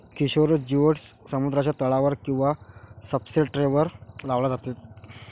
Kishore geoducks समुद्राच्या तळावर किंवा सब्सट्रेटवर लावले जातात